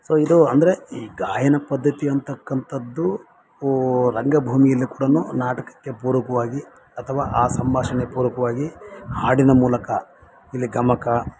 so ಇದು ಅಂದರೆ ಈ ಗಾಯನ ಪದ್ಧತಿ ಅಂತಕ್ಕಂಥದ್ದು ಓ ರಂಗಭೂಮಿಯಲ್ಲಿ ಕೂಡ ನಾಟಕಕ್ಕೆ ಪೂರಕವಾಗಿ ಅಥವಾ ಆ ಸಂಭಾಷಣೆ ಪೂರಕವಾಗಿ ಹಾಡಿನ ಮೂಲಕ ಇಲ್ಲಿ ಗಮಕ